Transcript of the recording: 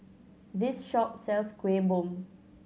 this shop sells Kueh Bom